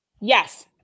Yes